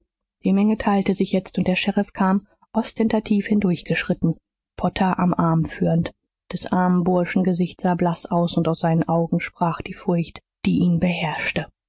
die menge teilte sich jetzt und der sheriff kam ostentativ hindurchgeschritten potter am arm führend des armen burschen gesicht sah blaß aus und aus seinen augen sprach die furcht die ihn beherrschte